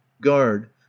guard